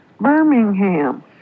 Birmingham